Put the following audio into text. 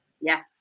Yes